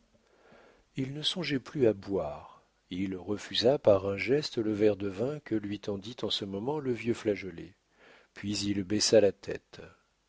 il ne songeait plus à boire il refusa par un geste le verre de vin que lui tendit en ce moment le vieux flageolet puis il baissa la tête